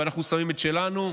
ואנחנו שמים את שלנו,